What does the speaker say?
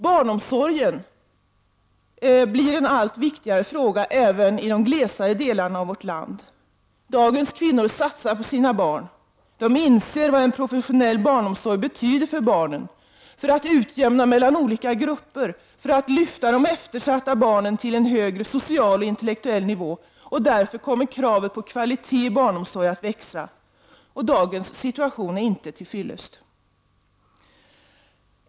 Barnomsorgen blir en allt viktigare fråga även i de glest bebyggda delarna av vårt land. Dagens kvinnor satsar på sina barn. De inser vad en professionell barnomsorg betyder för barnen, för att utjämna mellan olika grupper och för att lyfta de eftersatta barnen till en högre social och intellektuell nivå. Därför kommer kravet på kvalitet i barnomsorgen att växa. Dagens situation är inte till fyllest.